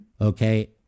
okay